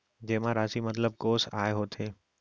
जेमा राशि मतलब कोस आय होथे?